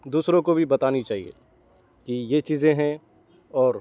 دوسروں کو بھی بتانی چاہیے کہ یہ چیزیں ہیں اور